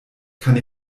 kann